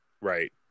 Right